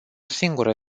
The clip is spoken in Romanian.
singură